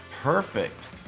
perfect